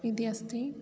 इति अस्ति